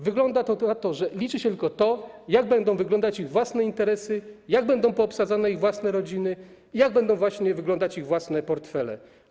Wygląda na to, że liczy się tylko to, jak będą wyglądać ich własne interesy, jak będą poobsadzane ich własne rodziny, jak będą wyglądać ich własne portfele.